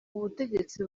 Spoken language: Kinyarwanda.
ubutegetsi